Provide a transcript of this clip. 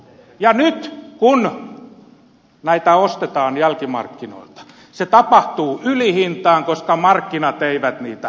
ja nyt kun näitä ostetaan jälkimarkkinoilta se tapahtuu ylihintaan koska markkinat eivät niitä osta